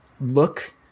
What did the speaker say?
look